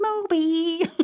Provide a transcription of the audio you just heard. Moby